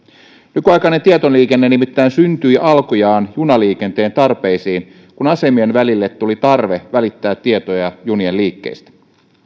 nykyaikainen tietoliikenne nimittäin syntyi alkujaan junaliikenteen tarpeisiin kun asemien välille tuli tarve välittää tietoja junien liikkeistä